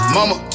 Mama